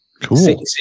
Cool